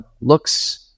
looks